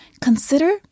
consider